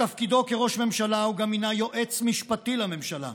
בתפקידו כראש ממשלה הוא גם מינה יועץ משפטי לממשלה.